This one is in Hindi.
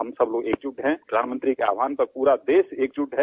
हम सब लोग एकजुट है प्रधानमंत्री जी के आहवान पर पूरा देश एकजुट है